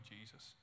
Jesus